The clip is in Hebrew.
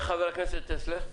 חבר הכנסת יעקב טסלר,